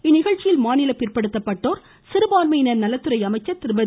இந்நிகழ்ச்சியில் மாநில பிற்படுத்தப்பட்டோர் சிறுபான்மையினர் நலத்துறை அமைச்சர் திருமதி